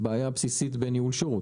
זו בעיה בסיסית בניהול שירות.